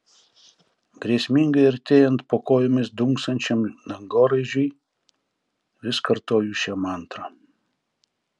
grėsmingai artėjant po kojomis dunksančiam dangoraižiui vis kartoju šią mantrą